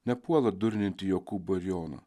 nepuola durninti jokūbo ir jono